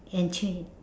and change